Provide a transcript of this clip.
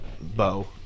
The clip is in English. bow